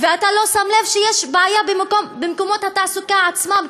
ואתה לא שם לב שיש בעיה במקומות התעסוקה עצמם.